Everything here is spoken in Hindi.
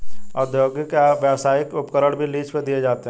औद्योगिक या व्यावसायिक उपकरण भी लीज पर दिए जाते है